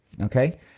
Okay